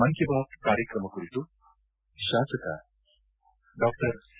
ಮನ್ಕೀ ಬಾತ್ ಕಾರ್ಯಕ್ರಮ ಕುರಿತು ಶಾಸಕ ಡಾ ಸಿ